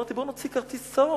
אמרתי: בואו נוציא כרטיס צהוב.